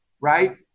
right